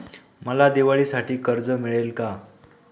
मला दिवाळीसाठी कर्ज मिळेल का?